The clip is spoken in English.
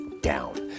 down